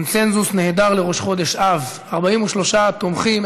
קונסנזוס נהדר לראש חודש אב: 43 תומכים,